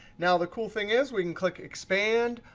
now the cool thing is, we can click expand,